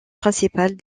principale